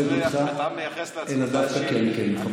אותך אלא דווקא כי אני כן מכבד אותך.